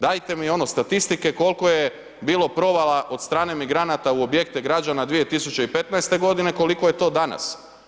Dajte mi statistike koliko je bilo provala od strane migranata u objekte građana 2015. godine, koliko je to danas.